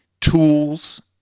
tools